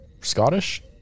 Scottish